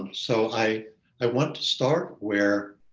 um so i i want to start where